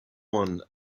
one